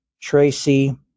Tracy